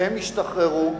כשהם ישתחררו,